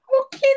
Okay